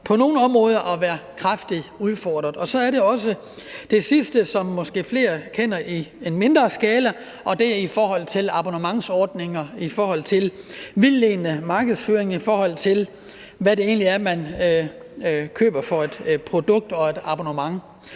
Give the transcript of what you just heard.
på nogle områder at være kraftigt udfordret. Så er der det sidste, som flere måske kender i mindre skala, og det drejer sig om abonnementsordninger, hvor der er vildledende markedsføring, i forhold til hvad det egentlig er for et produkt og abonnement,